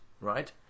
right